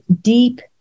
deep